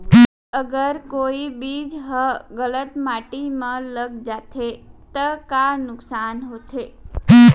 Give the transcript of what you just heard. अगर कोई बीज ह गलत माटी म लग जाथे त का नुकसान होथे?